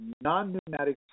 Non-Pneumatic